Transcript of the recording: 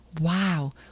Wow